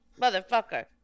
motherfucker